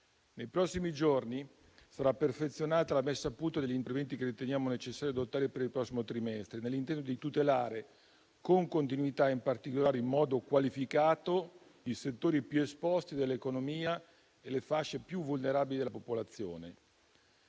Nei prossimi giorni sarà perfezionata la messa a punto degli interventi che riteniamo necessario adottare per il prossimo trimestre, nell'intento di tutelare con continuità, in particolare in modo qualificato, i settori più esposti dell'economia e le fasce più vulnerabili della popolazione.